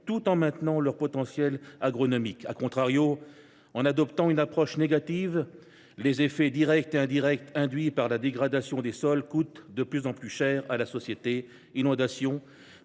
tout en maintenant leur potentiel agronomique., en adoptant une approche négative, les effets directs et indirects induits par la dégradation des sols coûtent de plus en plus chers à la société : inondations,